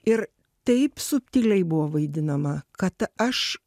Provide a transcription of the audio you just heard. ir taip subtiliai buvo vaidinama kad aš